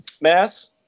Mass